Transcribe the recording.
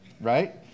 right